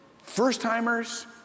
First-timers